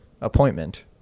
appointment